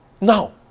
Now